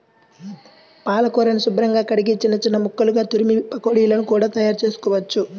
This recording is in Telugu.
పాలకూరని శుభ్రంగా కడిగి చిన్న చిన్న ముక్కలుగా తురిమి పకోడీలను కూడా తయారుచేసుకోవచ్చు